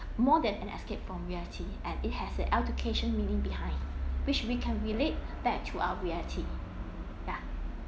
more than an escape from reality and it has an altercation meaning behind which we can relate back to our reality yeah